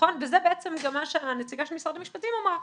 וזה בעצם המגמה שהנציגה של משרד המשפטים אמרה.